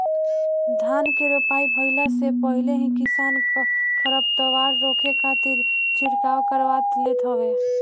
धान के रोपाई भइला से पहिले ही किसान खरपतवार रोके खातिर छिड़काव करवा लेत हवे